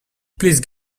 please